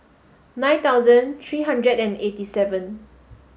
nine thousand three hundred and eighty seven